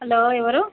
hello ఎవరు